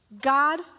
God